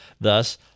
Thus